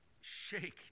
shake